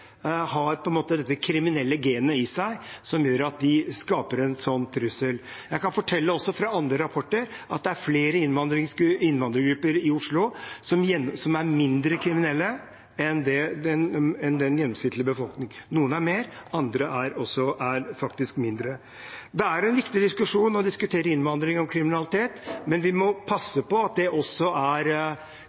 har dette kriminelle genet i seg, som gjør at de skaper en sånn trussel. Jeg kan også fortelle fra andre rapporter at det er flere innvandrergrupper i Oslo som er mindre kriminelle enn den gjennomsnittlige befolkningen – noen er mer, andre er faktisk mindre. Det er en viktig diskusjon å diskutere innvandring og kriminalitet, men vi må passe på at det også er